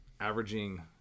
averaging